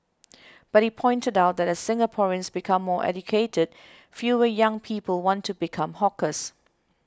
but he pointed out that as Singaporeans become more educated fewer young people want to become hawkers